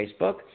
Facebook